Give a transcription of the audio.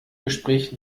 gespräch